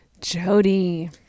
Jody